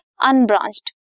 unbranched